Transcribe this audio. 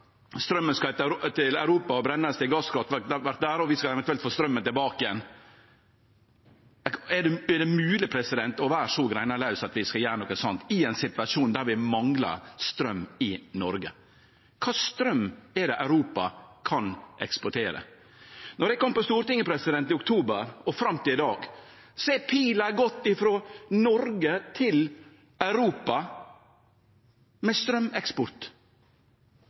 til Europa og verte brend i gasskraftverk der, og vi skal eventuelt få straumen tilbake igjen. Er det mogleg å vere så greinlause at vi skal gjere noko sånt i ein situasjon der vi manglar straum i Noreg? Kva straum er det Europa kan eksportere? Frå eg kom på Stortinget i oktober og fram til i dag, har pila gått frå Noreg til Europa med